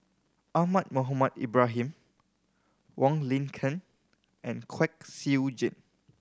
Ahmad Mohamed Ibrahim Wong Lin Ken and Kwek Siew Jin